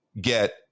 get